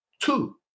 two